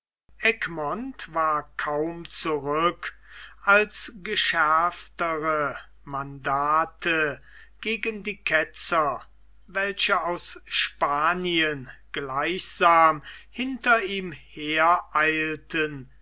egmont war kaum zurück als geschärftere mandate gegen die ketzer welche aus spanien gleichsam hinter ihm hereilten